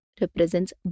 represents